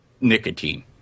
nicotine